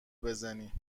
بزنی